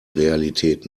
realität